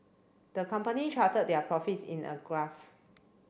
the company charted their profits in a graph